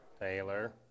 Taylor